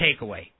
takeaway